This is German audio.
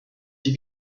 die